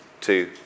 two